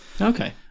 Okay